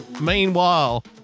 Meanwhile